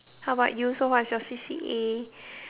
how about you so what's your C_C_A